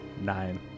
Nine